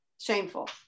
Shameful